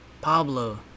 Pablo